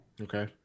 Okay